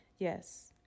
Yes